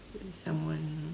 someone